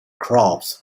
crops